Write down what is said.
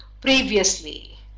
previously